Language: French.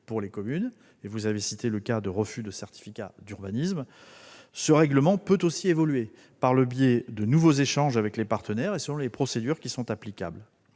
pour les communes- vous avez cité le cas de refus de certificats d'urbanisme -, ce règlement peut aussi évoluer par le biais de nouveaux échanges avec les partenaires et selon les procédures qui sont applicables.